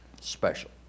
Special